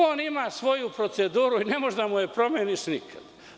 On ima svoju proceduru i ne možeš da mu je promeniš nikad.